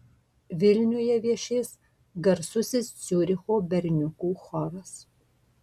vilniuje viešės garsusis ciuricho berniukų choras